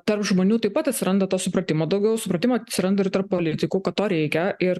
tarp žmonių taip pat atsiranda to supratimo daugiau supratimo atsiranda ir tarp politikų kad to reikia ir